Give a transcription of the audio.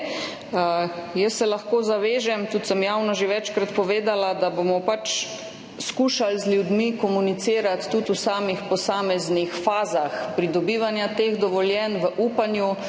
Lahko se zavežem, sem tudi javno že večkrat povedala, da bomo skušali z ljudmi komunicirati tudi v posameznih fazah pridobivanja teh dovoljenj v upanju,